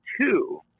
two—